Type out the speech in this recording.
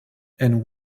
and